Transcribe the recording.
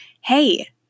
hey